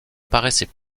paraissait